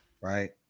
right